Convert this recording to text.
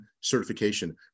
certification